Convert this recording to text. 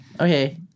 Okay